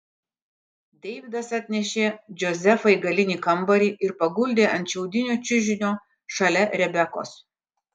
deividas atnešė džozefą į galinį kambarį ir paguldė ant šiaudinio čiužinio šalia rebekos